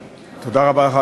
תודה רבה לך,